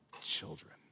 children